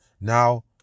Now